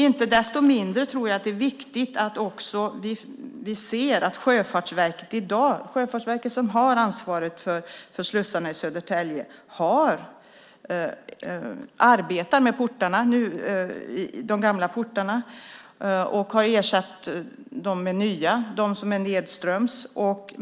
Inte desto mindre tror jag att det är viktigt att vi också ser att Sjöfartsverket, som har ansvaret för slussarna i Södertälje, arbetar med de gamla portarna och har ersatt portarna nedströms med nya.